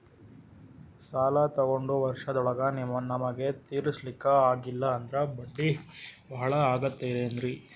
ಸಾಲ ತೊಗೊಂಡು ವರ್ಷದೋಳಗ ನಮಗೆ ತೀರಿಸ್ಲಿಕಾ ಆಗಿಲ್ಲಾ ಅಂದ್ರ ಬಡ್ಡಿ ಬಹಳಾ ಆಗತಿರೆನ್ರಿ?